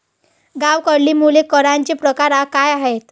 गावाकडली मुले करांचे प्रकार काय आहेत?